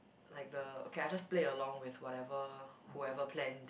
like the okay I just play along with whatever whoever planed